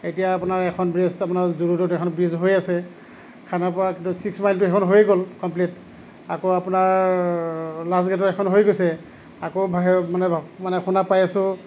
এতিয়া আপোনাৰ এখন ব্ৰীজ আপোনাৰ জু ৰোডত এখন ব্ৰীজ হৈ আছে খানাপাৰাতো ছিক্সমাইলতো সেইখন হৈয়ে গ'ল কম্প্লীট আকৌ আপোনাৰ লাষ্টগেটত এখন হৈ গৈছে আকৌ মানে শুনা পাই আছো